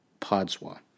Podswa